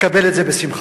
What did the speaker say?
וקבל את זה בשמחה.